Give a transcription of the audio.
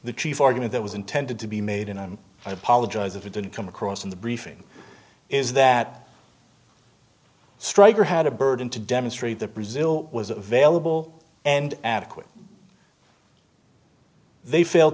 the chief argument that was intended to be made and i apologize if it didn't come across in the briefing is that streicher had a burden to demonstrate that brazil was available and adequate they failed